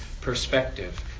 perspective